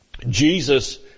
Jesus